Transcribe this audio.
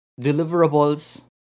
deliverables